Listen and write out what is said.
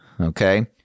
okay